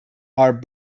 are